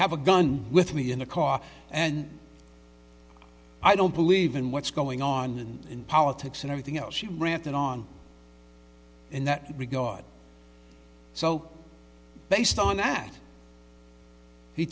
have a gun with me in the car and i don't believe in what's going on in politics and anything else she ranted on in that regard so based on that he